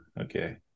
Okay